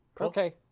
Okay